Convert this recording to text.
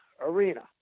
arena